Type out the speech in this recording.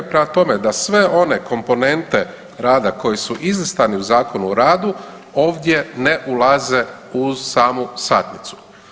Prema tome da sve one komponente rada koje su izlistane u Zakonu o radu ovdje ne ulaze u samu satnicu.